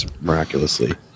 miraculously